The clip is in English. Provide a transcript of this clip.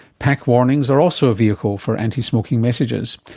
pack warnings are also a vehicle for anti-smoking messages.